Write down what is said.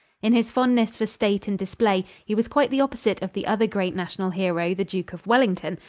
in his fondness for state and display, he was quite the opposite of the other great national hero, the duke of wellington,